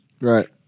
Right